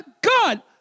God